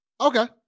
Okay